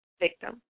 victim